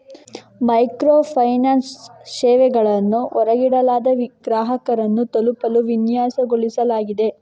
micro finance ಸೇವೆಗಳನ್ನು ಹೊರಗಿಡಲಾದ ಗ್ರಾಹಕರನ್ನು ತಲುಪಲು ವಿನ್ಯಾಸಗೊಳಿಸಲಾಗಿದೆ